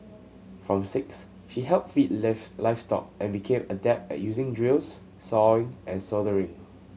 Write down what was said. from six she helped feed livestock and became adept at using drills sawing and soldering